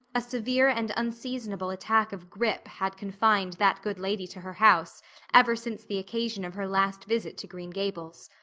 a severe and unseasonable attack of grippe had confined that good lady to her house ever since the occasion of her last visit to green gables.